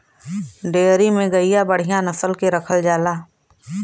dairy में गइया बढ़िया नसल के रखल जाला